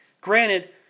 Granted